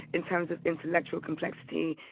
in terms of intellectual complexity.